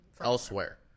elsewhere